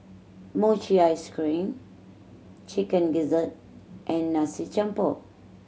mochi ice cream Chicken Gizzard and Nasi Campur